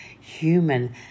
human